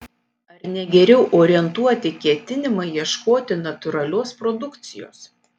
ar ne geriau orientuoti ketinimą ieškoti natūralios produkcijos